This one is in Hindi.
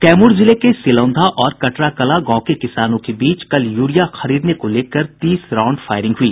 कैमूर जिले के सिलौंधा और कटराकलां गांव के किसानों के बीच कल यूरिया खरीदने को लेकर तीस राउंड फायरिंग हुई